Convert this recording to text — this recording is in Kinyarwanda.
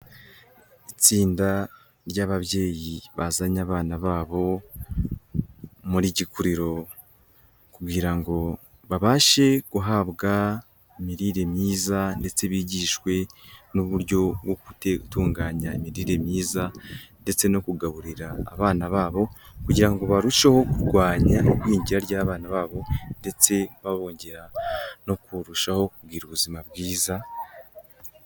Itsinda ry'ababyeyi bazanye abana babo muri gikuriro kugira ngo babashe guhabwa imirire myiza, ndetse bigishwe n'uburyo bwo gutunganya imirire myiza ndetse no kugaburira abana babo kugira ngo barusheho kurwanya igwingira ry'abana babo, ndetse babongerera no kurushaho kugira ubuzima bwiza.